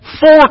four